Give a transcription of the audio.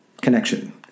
connection